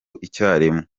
icyarimwe